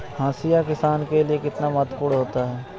हाशिया किसान के लिए कितना महत्वपूर्ण होता है?